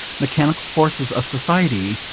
mechanical forces of society,